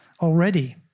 already